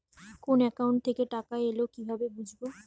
কোন একাউন্ট থেকে টাকা এল কিভাবে বুঝব?